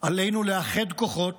עלינו לאחד כוחות